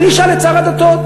אני אשאל את שר הדתות.